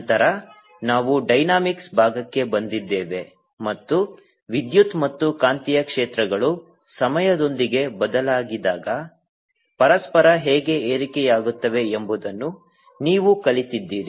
ನಂತರ ನಾವು ಡೈನಾಮಿಕ್ಸ್ ಭಾಗಕ್ಕೆ ಬಂದಿದ್ದೇವೆ ಮತ್ತು ವಿದ್ಯುತ್ ಮತ್ತು ಕಾಂತೀಯ ಕ್ಷೇತ್ರಗಳು ಸಮಯದೊಂದಿಗೆ ಬದಲಾಗಿದಾಗ ಪರಸ್ಪರ ಹೇಗೆ ಏರಿಕೆಯಾಗುತ್ತವೆ ಎಂಬುದನ್ನು ನೀವು ಕಲಿತಿದ್ದೀರಿ